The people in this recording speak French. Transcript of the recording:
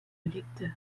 lecteur